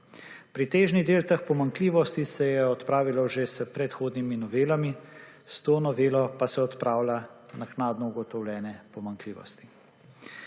Pretežni del teh pomanjkljivosti se je odpravilo že s predhodnimi novelami, s to novelo pa se odpravlja naknadno ugotovljene pomanjkljivosti.